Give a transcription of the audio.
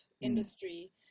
industry